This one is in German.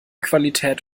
qualität